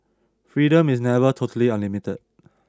freedom is never totally unlimited